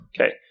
Okay